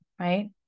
right